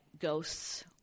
ghosts